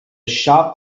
shop